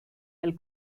del